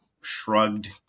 shrugged